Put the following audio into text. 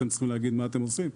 אתם צריכים להגיד מה אתם עושים,